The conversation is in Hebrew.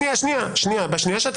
שנייה, שנייה, שנייה.